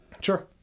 Sure